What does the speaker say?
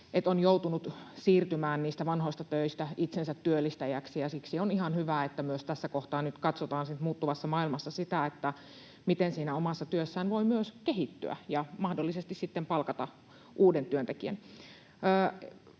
että on joutunut siirtymään niistä vanhoista töistä itsensä työllistäjäksi. Siksi on ihan hyvä, että myös tässä kohtaa nyt katsotaan, siis muuttuvassa maailmassa, sitä, miten siinä omassa työssään voi myös kehittyä ja mahdollisesti sitten palkata uuden työntekijän.